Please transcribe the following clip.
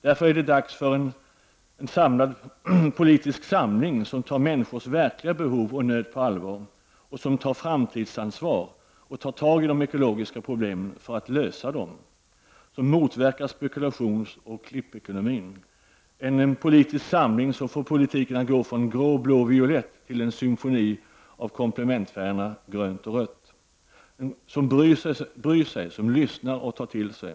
Därför behövs det nu en politisk samling som tar människors verkliga behov och nöd på allvar, som tar framtidsansvar och tar tag i de ekologiska problemen för att lösa dem, som motverkar spekulationsoch klippekonomin. Det behövs en politisk samling som får politiken att gå från grå-blåviolett till en symfoni av komplimentfärgerna grönt och rött, som bryr sig, som lyssnar och tar till sig.